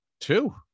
Two